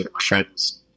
friends